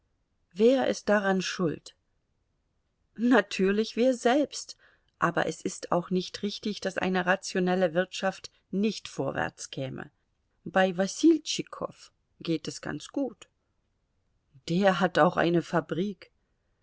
wer ist daran schuld natürlich wir selbst aber es ist auch nicht richtig daß eine rationelle wirtschaft nicht vorwärtskäme bei wasiltschikow geht es ganz gut der hat auch eine fabrik